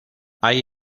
hay